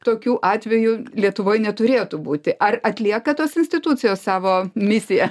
tokių atvejų lietuvoj neturėtų būti ar atlieka tos institucijos savo misiją